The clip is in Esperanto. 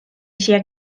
ŝia